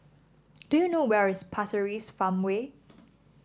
do you know where is Pasir Ris Farmway